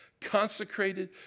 consecrated